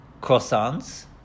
croissants